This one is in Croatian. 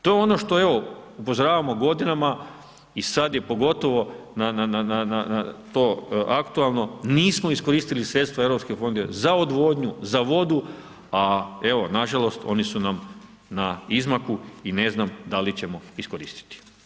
To je ono što evo upozoravamo godinama i sad je pogotovo na to aktualno, nismo iskoristili sredstva europskih fondova za odvodnju, za vodu, a evo nažalost oni su nam izmaku i ne znam da li ćemo iskoristiti.